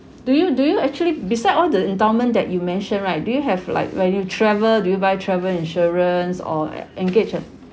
do you do you actually beside all the endowment that you mentioned right do you have like when you travel do you buy travel insurance or en~ engage a